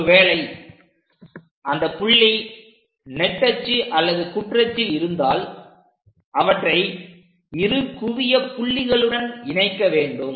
ஒருவேளை அந்த புள்ளி நெட்டச்சு அல்லது குற்றச்சில் இருந்தால் அவற்றை இரு குவிய புள்ளிகளுடன் இணைக்க வேண்டும்